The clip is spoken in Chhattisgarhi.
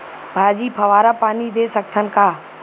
भाजी फवारा पानी दे सकथन का?